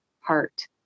heart